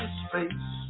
space